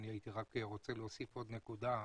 הייתי רק רוצה להוסיף עוד נקודה.